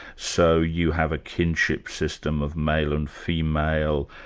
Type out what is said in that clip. so you have a kinship system of male and female,